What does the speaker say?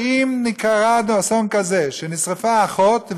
שאם קרה אסון כזה שנשרפה אחות,